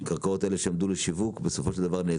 הקרקעות היו כבר מוכנות לשיווק שם, אבל זה נעצר.